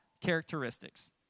characteristics